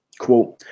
Quote